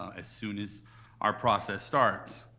ah as soon as our process starts,